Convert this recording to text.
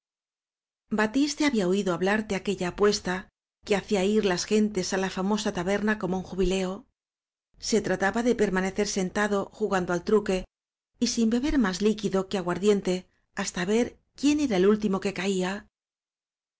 batiste había oído hablar de aquella apues ta que hacía ir las gentes á la famosa taberna como en jubileo se trataba de permanecer sentado jugando al truque y sin beber más líquido que aguar diente hasta ver quién era el último que caía